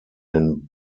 den